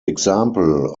example